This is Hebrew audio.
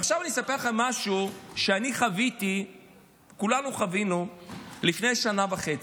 ועכשיו אני אספר לכם משהו שכולנו חווינו לפני שנה וחצי: